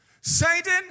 Satan